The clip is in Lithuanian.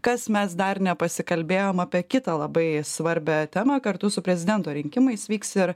kas mes dar nepasikalbėjom apie kitą labai svarbią temą kartu su prezidento rinkimais vyks ir